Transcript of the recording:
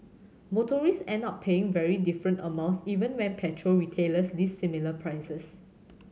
motorist end up paying very different amounts even when petrol retailers list similar prices